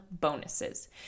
bonuses